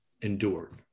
endured